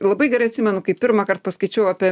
labai gerai atsimenu kai pirmąkart paskaičiau apie